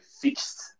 fixed